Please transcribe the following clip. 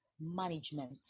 management